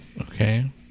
Okay